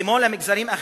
כמו למגזרים אחרים.